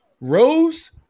Rose